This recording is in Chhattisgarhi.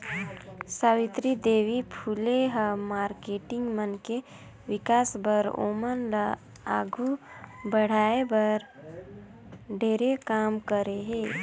सावित्री देवी फूले ह मारकेटिंग मन के विकास बर, ओमन ल आघू बढ़ाये बर ढेरे काम करे हे